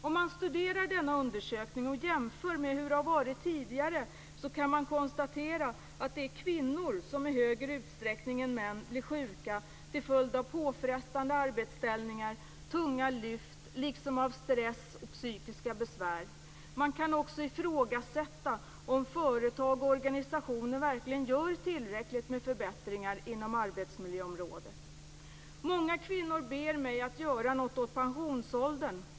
Om man studerar denna undersökning och jämför med hur det har varit tidigare, kan man konstatera att det är kvinnor som i högre utsträckning än män blir sjuka till följd av påfrestande arbetsställningar och tunga lyft liksom av stress och psykiska besvär. Man kan också ifrågasätta om företag och organisationer verkligen gör tillräckligt med förbättringar inom arbetsmiljöområdet. Många kvinnor ber mig att göra något åt pensionsåldern.